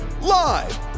Live